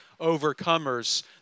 overcomers